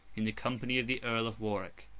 in the company of the earl of warwick,